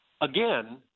again